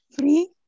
free